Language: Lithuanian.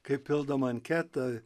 kai pildoma anketa